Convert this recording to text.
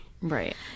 Right